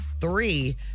Three